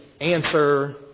answer